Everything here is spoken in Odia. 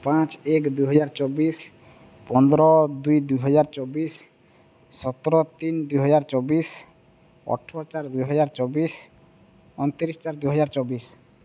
ପାଞ୍ଚ ଏକ ଦୁଇହଜାର ଚବିଶ ପନ୍ଦର ଦୁଇ ଦୁଇ ହଜାର ଚବିଶ ସତର ତିନ ଦୁଇ ହଜାର ଚବିଶ ଅଠର ଚାର ଦୁଇ ହଜାର ଚବିଶ ଅଣତିରିଶ ଚାରି ଦୁଇ ହଜାର ଚବିଶ